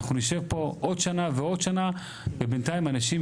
אנחנו נשב פה עוד שנה ועוד שנה ובינתיים אנשים,